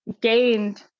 gained